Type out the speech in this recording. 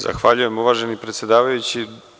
Zahvaljujem, uvaženi predsedavajući.